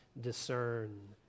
discern